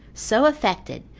so affected,